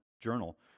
journal